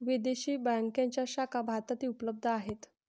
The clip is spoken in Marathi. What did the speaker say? विदेशी बँकांच्या शाखा भारतातही उपलब्ध आहेत